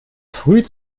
früh